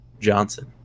Johnson